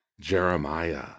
Jeremiah